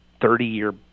thirty-year